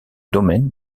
domaine